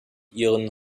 ihren